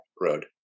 road